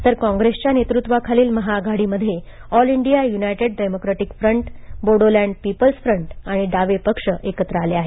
तर काँग्रेसच्या नेतृत्वाखालील महाआघाडीमध्ये All India United Democratic Front Bodoland People's Front आणि डावे पक्ष एकत्र आले आहेत